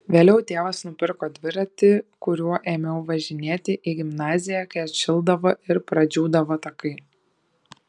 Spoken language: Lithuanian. vėliau tėvas nupirko dviratį kuriuo ėmiau važinėti į gimnaziją kai atšildavo ir pradžiūdavo takai